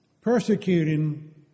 persecuting